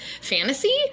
fantasy